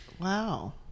wow